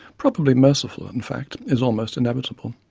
probably mercifully in fact, is almost inevitable.